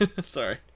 Sorry